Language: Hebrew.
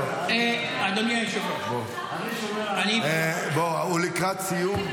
אדוני היושב-ראש, אני --- הוא לקראת סיום.